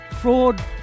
fraud